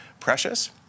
precious